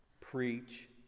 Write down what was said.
Preach